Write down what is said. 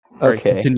Okay